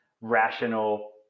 rational